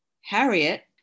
Harriet